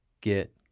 get